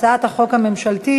הצעת החוק הממשלתית,